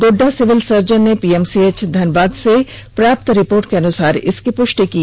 Godda civil surgeon ने PMCH Dhanbad से प्राप्त रिपोर्ट के अनुसार इसकी पुष्टि हुई